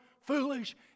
foolish